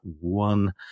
one